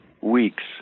weeks